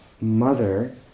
mother